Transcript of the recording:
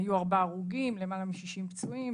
היו ארבעה הרוגים ולמעלה מ-60 פצועים,